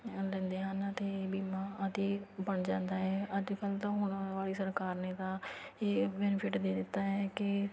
ਲੈਂਦੇ ਹਨ ਅਤੇ ਬੀਮਾ ਅਤੇ ਬਣ ਜਾਂਦਾ ਹੈ ਅੱਜ ਕੱਲ੍ਹ ਤਾਂ ਹੁਣ ਆਉਣ ਵਾਲੀ ਸਰਕਾਰ ਨੇ ਤਾਂ ਇਹ ਬੈਨੀਫਿਟ ਦੇ ਦਿੱਤਾ ਹੈ ਕਿ